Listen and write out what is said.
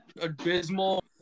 abysmal